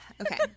Okay